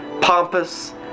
pompous